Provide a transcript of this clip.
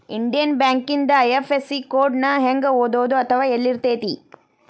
Indian ಬ್ಯಾಂಕಿಂದ IFSC code ನ ಹೆಂಗ ಓದೋದು ಅಥವಾ ಯೆಲ್ಲಿರ್ತೆತಿ?